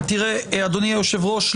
אדוני היושב-ראש,